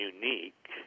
unique